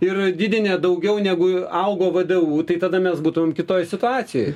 ir didinę daugiau negu augo vdu tai tada mes būtumėm kitoj situacijoj